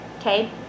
okay